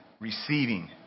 Receiving